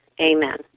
Amen